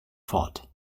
fort